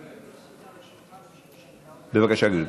בבקשה, גברתי.